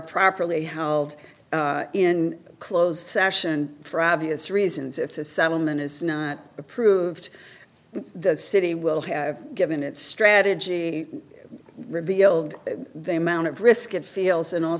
properly held in closed session for obvious reasons if the settlement is not approved the city will have given its strategy revealed they amount of risk and feels and all